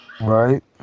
Right